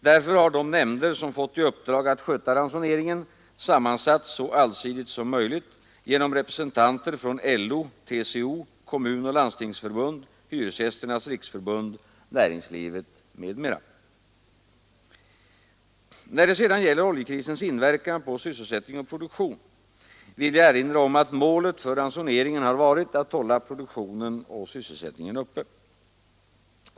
Därför har de nämnder som fått i uppdrag att sköta ransoneringen sammansatts så allsidigt som möjligt, genom representanter från LO, TCO, Kommunoch Landstingsförbund, Hyresgästernas riksförbund, näringslivet m.m. När det sedan gäller oljekrisens inverkan på sysselsättning och produktion vill jag erinra om att målet för ransoneringen har varit att hålla produktionen och sysselsättningen uppe.